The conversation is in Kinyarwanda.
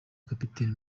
kapiteni